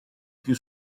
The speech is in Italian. più